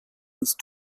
ist